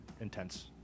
intense